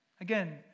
Again